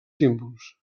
símbols